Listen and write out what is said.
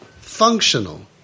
functional